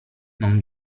non